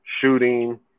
shooting